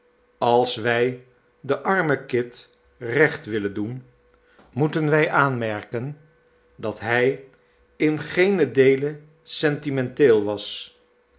als wij den armen kit recht willen doen moeten wij aanmerken dat hij in geenen deele sentimenteel was